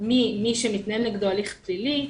ממי שמתנהל נגדו הליך פלילי,